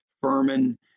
Furman